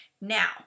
now